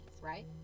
right